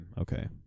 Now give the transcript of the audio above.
okay